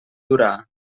durar